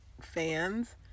fans